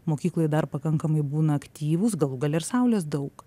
mokykloj dar pakankamai būna aktyvūs galų gale ir saulės daug